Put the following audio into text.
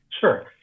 Sure